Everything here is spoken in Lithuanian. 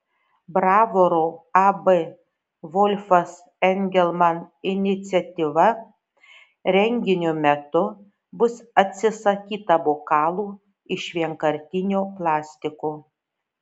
bravoro ab volfas engelman iniciatyva renginio metu bus atsisakyta bokalų iš vienkartinio plastiko